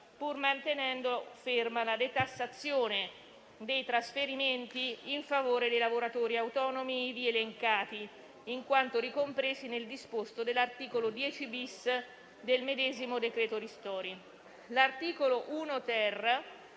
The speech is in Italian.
pur mantenendo ferma la detassazione dei trasferimenti in favore dei lavoratori autonomi ivi elencati, in quanto ricompresi nel disposto dell'articolo 10-*bis* del medesimo decreto-legge ristori.